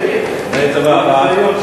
לאיזו ועדה?